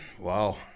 wow